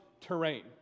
terrain